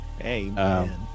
Amen